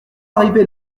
arrivés